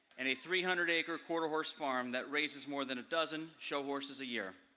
and a three hundred acre quarter horse farm that raises more than a dozen show horses a year.